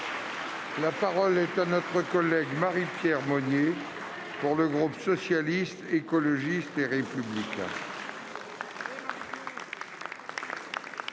La parole est à Mme Marie-Pierre Monier, pour le groupe Socialiste, Écologiste et Républicain.